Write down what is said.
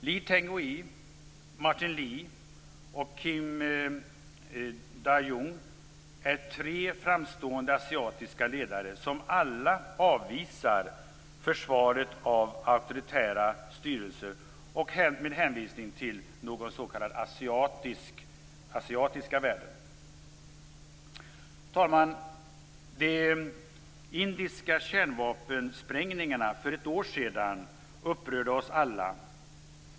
Lee Teng-hui, Martin Lee och Kim Dae-Jung är tre framstående asiatiska ledare som alla avvisar försvaret av auktoritära styrelser med hänvisning till några s.k. asiatiska värden. Fru talman! De indiska kärnvapensprängningarna för ett år sedan upprörde oss alla.